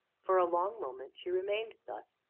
for a long moment she remained thus,